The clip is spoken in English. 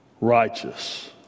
righteous